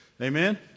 Amen